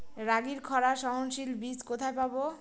রাগির খরা সহনশীল বীজ কোথায় পাবো?